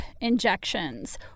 injections